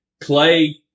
Clay